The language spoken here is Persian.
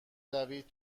دوید